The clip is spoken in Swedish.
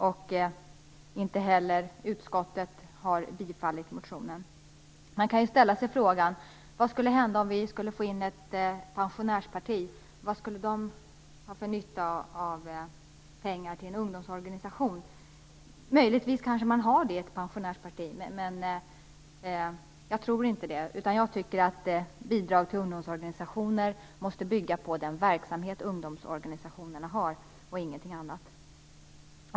Utskottet har inte heller bifallit motionen. Man kan ställa sig frågan vad som skulle hända om vi skulle få in ett pensionärsparti i riksdagen. Vad skulle det ha för nytta av pengar till en ungdomsorganisation? Det har man kanske i ett pensionärsparti, men jag tror inte det. Jag tycker att bidrag till ungdomsorganisationer måste bygga på den verksamhet ungdomsorganisationerna har och ingenting annat.